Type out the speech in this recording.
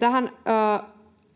tähän